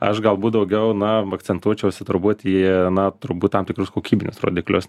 aš galbūt daugiau na akcentuočiausi turbūt į na turbūt tam tikrus kokybinius rodiklius